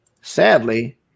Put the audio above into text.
Sadly